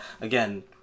again